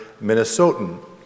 Minnesotan